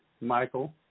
Michael